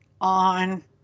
on